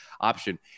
option